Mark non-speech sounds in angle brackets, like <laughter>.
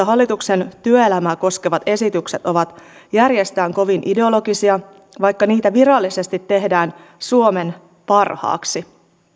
<unintelligible> hallituksen työelämää koskevat esitykset ovat järjestään kovin ideologisia vaikka niitä virallisesti tehdään suomen parhaaksi